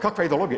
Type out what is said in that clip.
Kakva ideologija?